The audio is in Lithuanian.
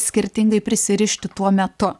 skirtingai prisirišti tuo metu